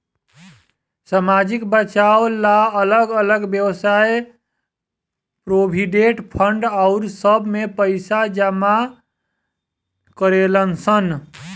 सामाजिक बचाव ला अलग अलग वयव्साय प्रोविडेंट फंड आउर सब में पैसा जमा करेलन सन